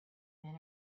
men